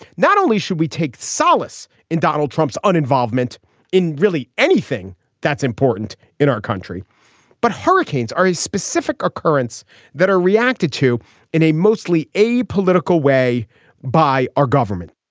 not only should we take solace in donald trump's un involvement in really anything that's important in our country but hurricanes are a specific occurrence that are reacted to in a mostly a political way by our government.